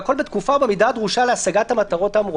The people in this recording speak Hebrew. והכול בתקופה במידה הדרושה להשגת המטרות האמורות.